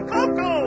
Coco